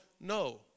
no